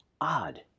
odd